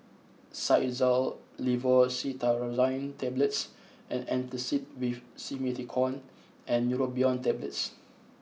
Xyzal Levocetirizine Tablets Antacid with Simethicone and Neurobion Tablets